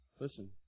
Listen